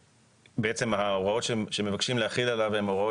בעצם ההוראות שמבקשים להחיל עליו הן ההוראות